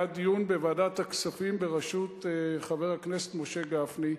היה דיון בוועדת הכספים בראשות חבר הכנסת משה גפני,